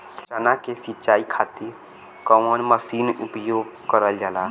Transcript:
चना के सिंचाई खाती कवन मसीन उपयोग करल जाला?